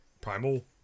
Primal